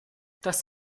das